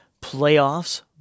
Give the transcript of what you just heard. playoffs